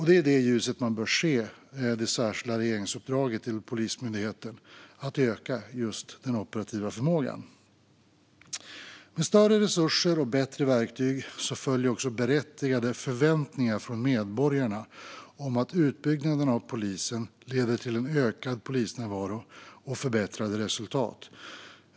Det är i det ljuset man bör se det särskilda regeringsuppdraget till Polismyndigheten att öka den operativa förmågan. Med större resurser och bättre verktyg följer också berättigade förväntningar från medborgarna om att utbyggnaden av polisen leder till en ökad polisnärvaro och förbättrade resultat.